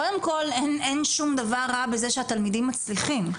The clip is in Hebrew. קודם כל, אין שום דבר רע בזה שהתלמידים מצליחים.